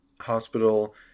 hospital